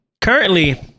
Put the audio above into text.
currently